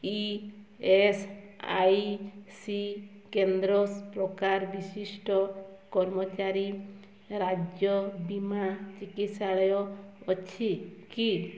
E S I C କେନ୍ଦ୍ର ପ୍ରକାର ବିଶିଷ୍ଟ କର୍ମଚାରୀ ରାଜ୍ୟବୀମା ଚିକିତ୍ସାଳୟ ଅଛି କି